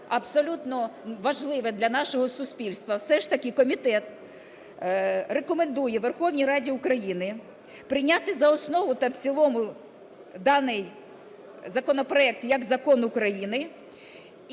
абсолютно важливе для нашого суспільства, все ж таки комітет рекомендує Верховній Раді України прийняти за основу та в цілому даний законопроект як закон України.